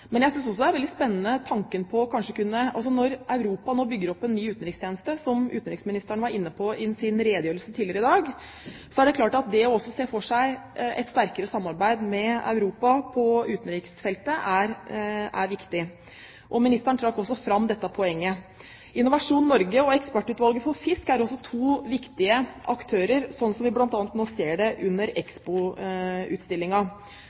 Men jeg synes også at det at Europa nå bygger opp en ny utenrikstjeneste, er veldig spennende. Som utenriksministeren var inne på i sin redegjørelse tidligere i dag, er det klart at å se for seg et sterkere samarbeid med Europa på utenriksfeltet er viktig. Ministeren trakk også fram dette poenget. Innovasjon Norge og Eksportutvalget for fisk er også to viktige aktører, sånn som vi bl.a. nå ser det under